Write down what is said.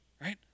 right